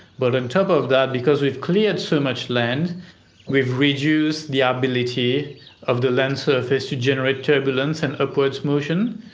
but on top of that, because we've cleared so much land we've reduced the ability of the land surface to generate turbulence, and upwards motion.